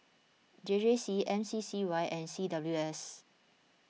J J C M C C Y and C W S